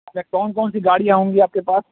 اچھا کون کون سی گاڑیاں ہوں گی آپ کے پاس